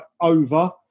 over